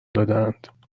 دادهاند